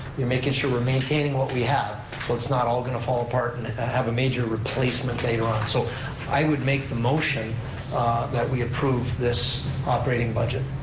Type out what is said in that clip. you're making sure we're maintaining what we have so it's not all going to fall apart and have a major replacement later on. so i would make the motion that we approve this operating budget.